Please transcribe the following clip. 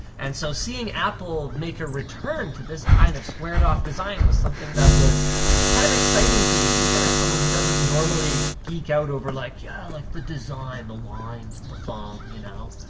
and so seeing apple make a return to this kind of squared off design was something that was kind of exciting to me, even as someone who doesn't normally geek out over like, yeah, like the design, the lines, the phone, you know.